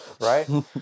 Right